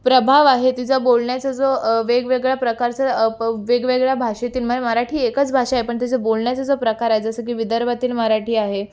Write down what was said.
प्रभाव आहे तिचा बोलण्याचा जो वेगवेगळ्या प्रकारचं वेगवेगळ्या भाषेतील म्हणजे मराठी एकच भाषा आहे पण त्याचा बोलण्याचा जो प्रकार आहे जसं की विदर्भातील मराठी आहे